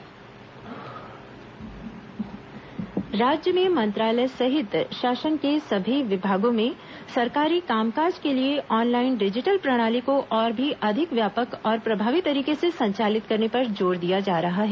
मुख्य सचिव समीक्षा राज्य में मंत्रालय सहित शासन के सभी विभागों में सरकारी काम काज के लिए ऑनलाइन डिजिटल प्रणाली को और भी अधिक व्यापक और प्रभावी तरीके से संचालित करने पर जोर दिया जा रहा है